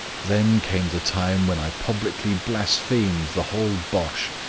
then came the time when i publicly blasphemed the whole bosh,